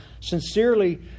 sincerely